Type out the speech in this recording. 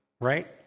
right